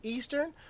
Eastern